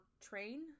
Train